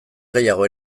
gehiago